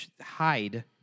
hide